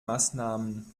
maßnahmen